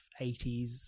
80s